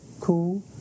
cool